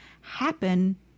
happen